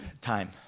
Time